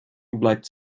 bleibt